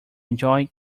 enjoyed